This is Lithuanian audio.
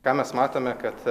ką mes matome kad